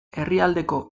herrialdeko